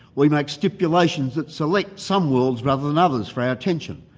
we make stipulations that select some worlds rather than others for our attention.